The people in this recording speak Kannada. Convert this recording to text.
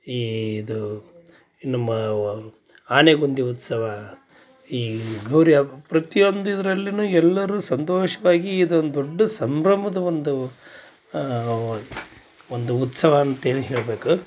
ಈ ಇದು ನಮ್ಮ ಆನೆಗುಂದಿ ಉತ್ಸವ ಈ ಗೌರಿ ಹಬ್ಬ ಪ್ರತಿಯೊಂದು ಇದ್ರಲ್ಲೂನು ಎಲ್ಲರೂ ಸಂತೋಷವಾಗಿ ಇದೊಂದು ದೊಡ್ಡ ಸಂಭ್ರಮದ ಒಂದು ಒಂದು ಉತ್ಸವ ಅಂತನೇ ಹೇಳ್ಬೇಕು